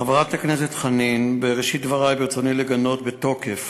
חברת הכנסת חנין, בראשית דברי ברצוני לגנות בתוקף,